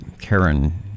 Karen